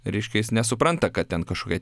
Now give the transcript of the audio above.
reiškia jis nesupranta kad ten kažkokia